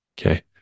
okay